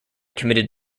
committed